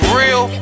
real